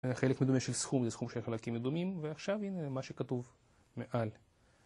חלק מדומה של סכום, זה סכום של חלקים מדומים, ועכשיו הנה מה שכתוב מעל.